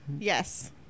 Yes